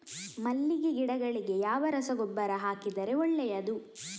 ಮಲ್ಲಿಗೆ ಗಿಡಗಳಿಗೆ ಯಾವ ರಸಗೊಬ್ಬರ ಹಾಕಿದರೆ ಒಳ್ಳೆಯದು?